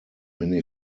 many